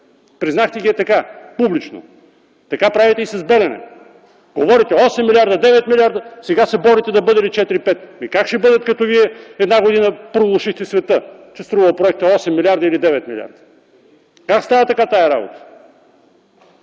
Признахте ги ей така - публично! Така правите и с „Белене”! Говорите: „8 милиарда, 9 милиарда” – сега се борите да бъдели 4-5! Как ще бъдат, като вие една година проглушихте света, че проектът струва 8 или 9 милиарда? Как става така тази работа?